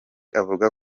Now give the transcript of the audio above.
avuga